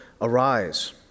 arise